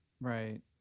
Right